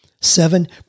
Seven